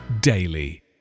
daily